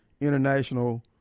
International